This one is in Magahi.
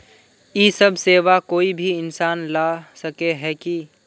इ सब सेवा कोई भी इंसान ला सके है की?